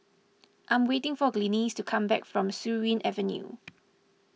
I'm waiting for Glynis to come back from Surin Avenue